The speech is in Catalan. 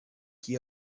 qui